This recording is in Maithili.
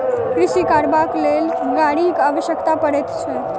कृषि करबाक लेल गाड़ीक आवश्यकता पड़ैत छै